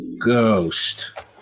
Ghost